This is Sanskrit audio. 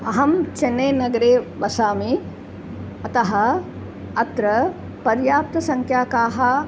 अहं चन्नैनगरे वसामि अतः अत्र पर्याप्तसङ्ख्यकाः